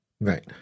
Right